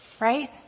right